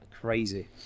crazy